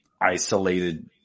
isolated